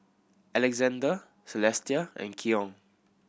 Alexander Celestia and Keion